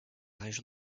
région